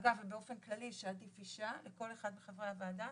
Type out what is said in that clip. אגב באופן כללי שעדיף אישה בכל אחד מחברי הוועדה,